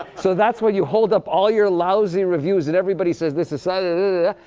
so that's when you hold up all your lousy reviews. and everybody says, this is sa-da-da-da-da.